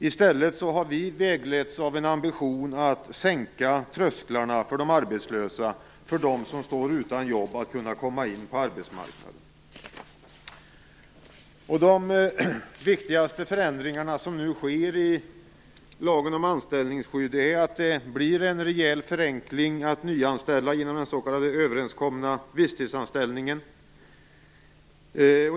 I stället har vi vägletts av en ambition att sänka trösklarna för de arbetslösa, de som står utan jobb, att komma in på arbetsmarknaden. De viktigaste förändringar som nu sker i lagen om anställningsskydd är för det första att det blir en rejäl förenkling när det gäller att nyanställa genom den överenskomna s.k. visstidsanställningen.